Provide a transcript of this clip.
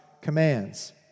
commands